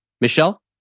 Michelle